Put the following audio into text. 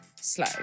Slow